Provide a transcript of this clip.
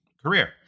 career